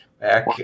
back